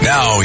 Now